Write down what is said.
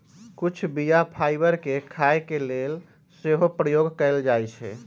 कुछ बीया फाइबर के खाय के लेल सेहो प्रयोग कयल जाइ छइ